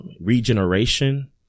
regeneration